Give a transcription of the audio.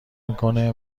میکنه